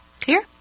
Clear